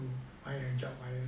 find a job